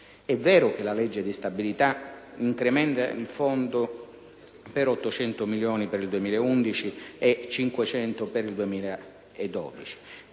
È vero che la legge di stabilità incrementa il fondo di 800 milioni per il 2011 e di 500 per il 2012,